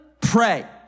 pray